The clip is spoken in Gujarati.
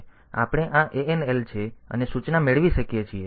તેથી આપણે આ ANL છે અને સૂચના મેળવી શકીએ છીએ